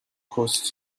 costs